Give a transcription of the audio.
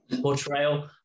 portrayal